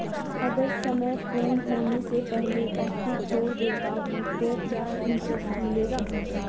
अगर समय पूर्ण होने से पहले एफ.डी तोड़ देता हूँ तो क्या इंट्रेस्ट मिलेगा?